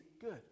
good